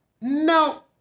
no